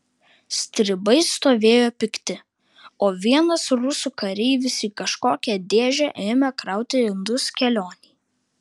stribai stovėjo pikti o vienas rusų kareivis į kažkokią dėžę ėmė krauti indus kelionei